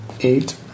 eight